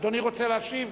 אדוני רוצה להשיב?